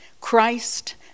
Christ